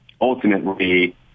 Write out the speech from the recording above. ultimately